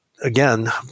Again